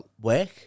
work